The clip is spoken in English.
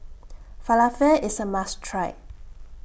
Falafel IS A must Try